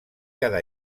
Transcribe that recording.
cada